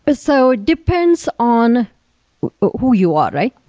but so depends on who you are, right?